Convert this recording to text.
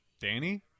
Danny